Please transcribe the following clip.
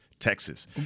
Texas